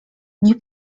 nie